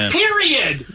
period